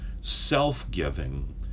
self-giving